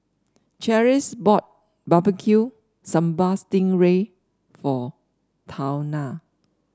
Cherise bought Barbecue Sambal Sting Ray for Tawnya